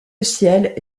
ciel